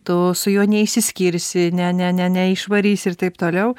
tu su juo neisiskirsi ne ne ne neišvarysi ir taip toliau